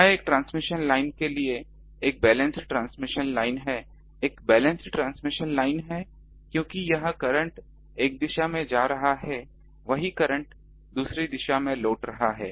यह एक transmission line के लिए एक बैलेंस ट्रांसमिशन लाइन है एक बैलेंस ट्रांसमिशन लाइन है क्योंकि यहां करंट एक दिशा में जा रहा है वही करंट दूसरी दिशा में लौट रहा है